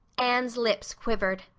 anne's lips quivered.